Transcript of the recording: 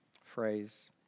phrase